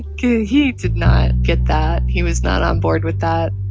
cause he did not get that. he was not on board with that.